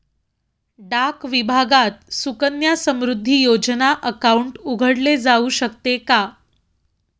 डाक विभागात सुकन्या समृद्धी योजना अकाउंट उघडले जाऊ शकते का?